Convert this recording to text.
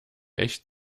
echt